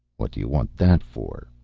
what you want that for?